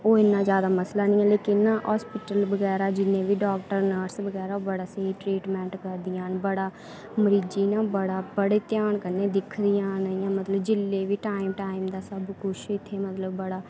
ओह् इन्ना ज्यादा मसला नी लेकिन ना हास्पिटल बगैरा जिन्ने बी डॉॅक्टर नर्स बगैरा ओह् बड़ा स्हेई ट्रीटमैंट करदियां न बड़ा मरीजें गी ना बड़ा बड़े ध्यान कन्नै दिक्खिदयां न इयां मतलब जिल्लै बी टाइम टाइम दा सब कुछ इत्थै मतलब बड़ा